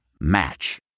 Match